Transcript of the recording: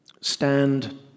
stand